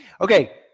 Okay